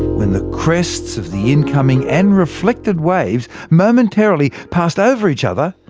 when the crests of the incoming and reflected waves momentarily passed over each other,